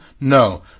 no